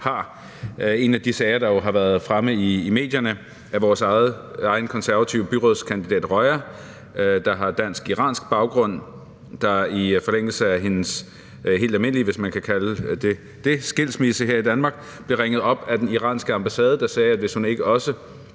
har. En af de sager, der jo har været fremme i medierne, er den om vores eget konservative byrådsmedlem Roya, der har dansk-iransk baggrund. I forlængelse af hendes helt almindelige skilsmisse – hvis man kan kalde det det – her i Danmark blev hun ringet op af den iranske ambassade, der sagde, at hvis hun ikke også